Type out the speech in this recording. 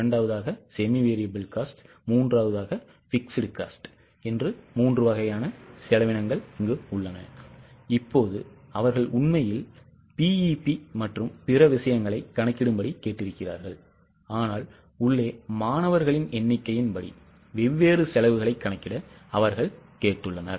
இப்போது அவர்கள் உண்மையில் BEP மற்றும் பிற விஷயங்களைக் கணக்கிடும்படி கேட்டிருக்கிறார்கள் ஆனால் உள்ளே மாணவர்களின் எண்ணிக்கையின்படி வெவ்வேறு செலவுகளைக் கணக்கிட அவர்கள் கேட்டுள்ளனர்